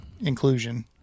inclusion